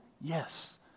yes